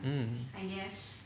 mm